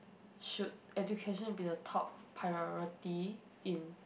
should education be the top priority in